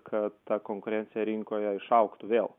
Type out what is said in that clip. kad ta konkurencija rinkoje išaugtų vėl